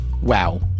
wow